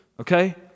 Okay